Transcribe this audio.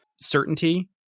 certainty